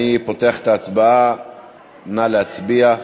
נא להצביע.